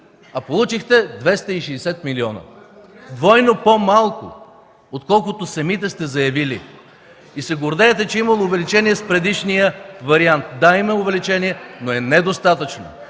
а получихте 260 милиона – двойно по-малко, отколкото самите сте заявили. И се гордеете, че има увеличение с предишния вариант. Да, има увеличение, но е недостатъчно,